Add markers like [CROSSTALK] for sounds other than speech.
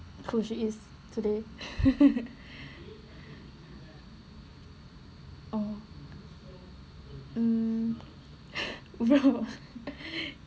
who she is today [LAUGHS] oh mm [LAUGHS]